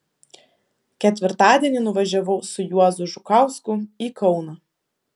ketvirtadienį nuvažiavau su juozu žukausku į kauną